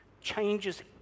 changes